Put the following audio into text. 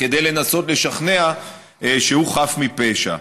כדי לנסות לשכנע שהוא חף מפשע.